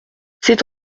c’est